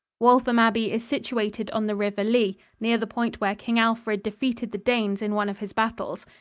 waltham abbey is situated on the river lea, near the point where king alfred defeated the danes in one of his battles.